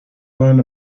learn